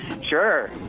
Sure